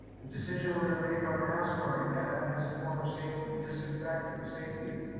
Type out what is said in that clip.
the decision we're going to make on mask wearing, that is a form of safety, disinfecting safety,